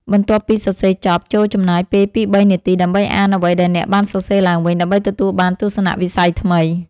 បន្ទាប់ពីសរសេរចប់ ចូរចំណាយពេលពីរបីនាទីដើម្បីអានអ្វីដែលអ្នកបានសរសេរឡើងវិញ ដើម្បីទទួលបានទស្សនវិស័យថ្មី។